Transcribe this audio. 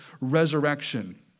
resurrection